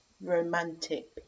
romantic